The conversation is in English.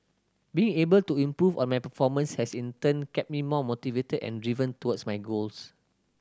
being able to improve on my performance has in turn kept me more motivated and driven towards my goals